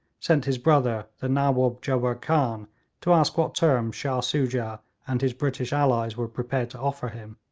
sent his brother the nawaub jubbar khan to ask what terms shah soojah and his british allies were prepared to offer him,